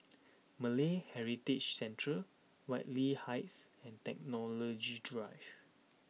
Malay Heritage Centre Whitley Heights and Technology Drive